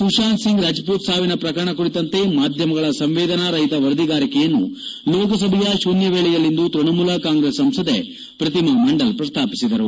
ಸುಶಾಂತ್ ಸಿಂಗ್ ರಜಮೂತ್ ಸಾವಿನ ಪ್ರಕರಣ ಕುರಿತಂತೆ ಮಾಧ್ಯಮಗಳ ಸಂವೇನಾ ರಓತ ವರದಿಗಾರಿಕೆಯನ್ನು ಲೋಕಸಭೆಯ ಶೂನ್ನ ವೇಳೆಯಲ್ಲಿಂದು ತ್ಯಣಮೂಲ ಕಾಂಗ್ರೆಸ್ ಸಂಸದೆ ಪ್ರತಿಮಾ ಮಂಡಲ್ ಪ್ರಸ್ತಾಪಿಸಿದರು